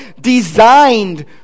designed